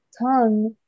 tongue